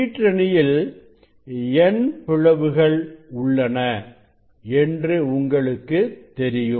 கீற்றணியில் n பிளவுகள் உள்ளன என்று உங்களுக்கு தெரியும்